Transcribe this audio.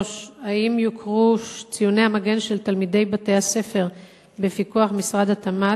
3. האם יוכרו ציוני המגן של תלמידי בתי-הספר בפיקוח משרד התעשייה,